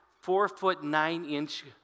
four-foot-nine-inch